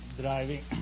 driving